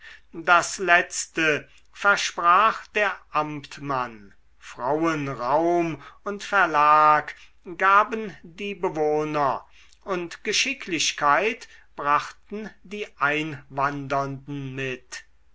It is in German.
das letzte versprach der amtmann frauen raum und verlag gaben die bewohner und geschicklichkeit brachten die einwandernden mit